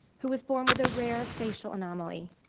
who was born with a rare facial anomaly?